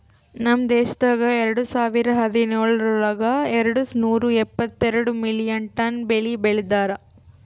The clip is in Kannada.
ನಮ್ ದೇಶದಾಗ್ ಎರಡು ಸಾವಿರ ಹದಿನೇಳರೊಳಗ್ ಎರಡು ನೂರಾ ಎಪ್ಪತ್ತೆರಡು ಮಿಲಿಯನ್ ಟನ್ ಬೆಳಿ ಬೆ ಳದಾರ್